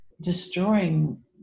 destroying